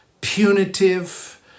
punitive